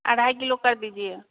अढ़ाई किलो कर दीजिए